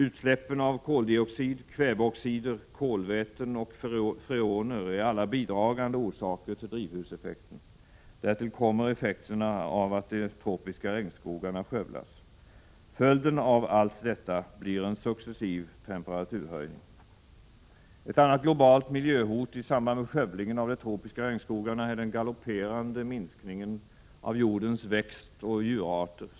Utsläppen av koldioxid, kväveoxider, kolväten och freoner är alla bidragande orsaker till drivhuseffekten. Därtill kommer effekterna av att de tropiska regnskogarna skövlas. Följden av allt detta blir en successiv temperaturförhöjning. Ett annat globalt miljöhot i samband med skövlingen av de tropiska regnskogarna är den galopperande minskningen av jordens växtoch djurarter.